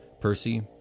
Percy